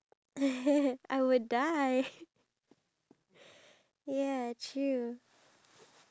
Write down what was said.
and home for free to live in but they didn't say money so like ya